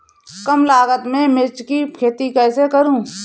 कम लागत में मिर्च की खेती कैसे करूँ?